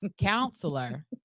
counselor